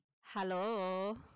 Hello